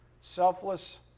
Selfless